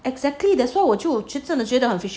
exactly that's why 我就就觉得很 fishy